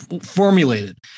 formulated